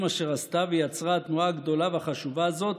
אשר עשתה ויצרה התנועה הגדולה והחשובה הזאת,